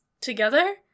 together